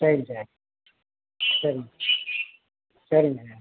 சரிங்க சார் சரிங்க சரிங்க